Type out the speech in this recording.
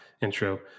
intro